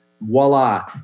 Voila